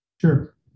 Sure